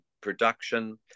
production